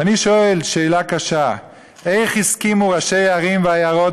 ואני שואל שאלה קשה: איך הסכימו ראשי ערים ועיירות